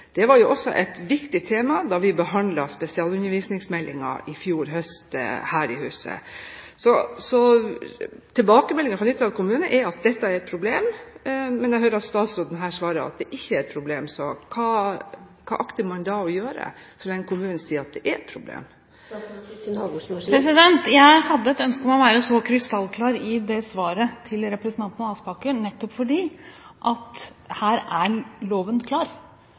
Det var jo også et viktig tema da vi behandlet spesialundervisningsmeldingen her i huset i fjor høst. Tilbakemeldingen fra Nittedal kommune er at dette er et problem. Men jeg hører at statsråden svarer at det ikke er et problem. Hva akter man da å gjøre, så lenge kommunen sier at det er et problem? Jeg hadde et ønske om å være så krystallklar i svaret til representanten Aspaker, nettopp fordi loven er klar her. Hvis det er